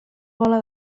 bola